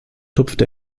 tupft